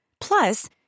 Plus